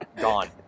Gone